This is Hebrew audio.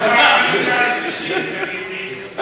מה עם הליגה השלישית, ?